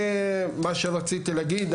זה מה שרציתי להגיד,